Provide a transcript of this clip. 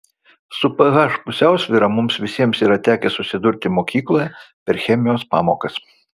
su ph pusiausvyra mums visiems yra tekę susidurti mokykloje per chemijos pamokas